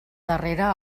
darrere